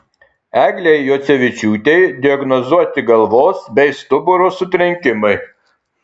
eglei juocevičiūtei diagnozuoti galvos bei stuburo sutrenkimai